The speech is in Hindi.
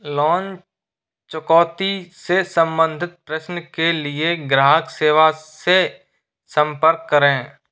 लॉन चुकौती से संबंधित प्रश्न के लिए ग्राहक सेवा से संपर्क करें